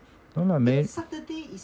no lah 没